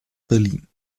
berlin